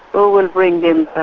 who will bring them ah